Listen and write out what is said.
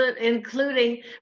including